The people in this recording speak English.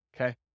okay